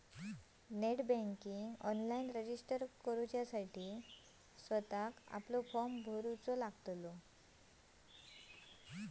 net बँकिंगसाठी online registered करताना स्वतःक आपलो फॉर्म भरूचो लागतलो